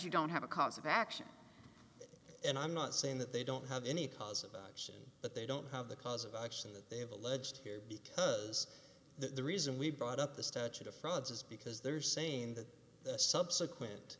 you don't have a cause of action and i'm not saying that they don't have any cause of action but they don't have the cause of action that they have alleged here because the reason we brought up the statute of frauds is because they're saying that the subsequent